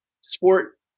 sport